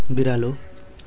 बिरालो